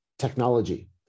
technology